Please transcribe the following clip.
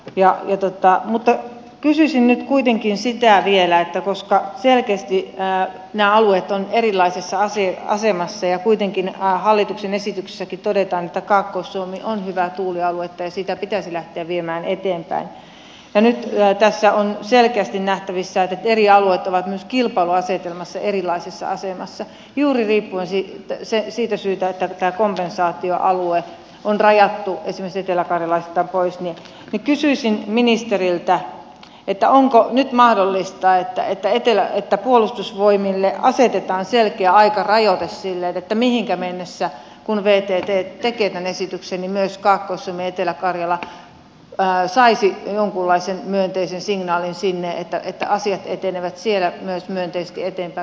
ja oli totta mutta kyse kysyisin nyt kuitenkin vielä ministeriltä koska selkeästi nämä alueet ovat erilaisessa asemassa ja kuitenkin hallituksen esityksessäkin todetaan että kaakkois suomi on hyvää tuulialuetta ja sitä pitäisi lähteä viemään eteenpäin ja nyt tässä on selkeästi nähtävissä että eri alueet ovat myös kilpailuasetelmassa erilaisessa asemassa juuri siitä syystä kun tämä kompensaatioalue on rajattu esimerkiksi eteläkarjalaisittain pois onko nyt mahdollista että puolustusvoimille asetetaan selkeä aikarajoite sille mihinkä mennessä kun vtt tekee tämän esityksen myös kaakkois suomi ja etelä karjala saisi jonkunlaisen myönteisen signaalin sinne että asiat etenevät siellä myös myönteisesti eteenpäin